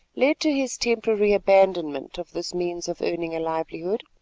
led to his temporary abandonment of this means of earning a livelihood.